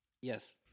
Yes